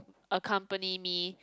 accompany me